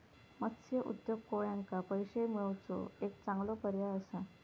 मत्स्य उद्योग कोळ्यांका पैशे मिळवुचो एक चांगलो पर्याय असा